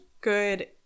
good